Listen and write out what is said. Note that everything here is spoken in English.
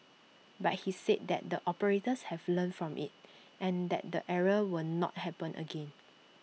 but he said that the operators have learnt from IT and that the error will not happen again